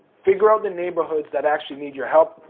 figure out the neighborhoods that actually need your help,